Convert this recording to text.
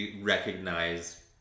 recognize